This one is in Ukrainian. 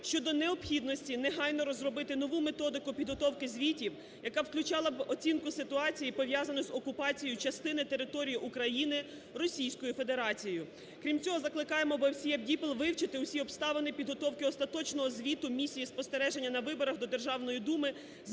(щодо необхідності негайно розробити нову методику підготовки звітів, яка б включала оцінку ситуації, пов'язану з окупацією частини території України Російською Федерацією. Крім цього закликаємо ОБСЄ/БДІПЛ вивчити всі обставини підготовки Остаточного Звіту місії спостереження на виборах до Державної Думи з метою